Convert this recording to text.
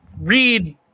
read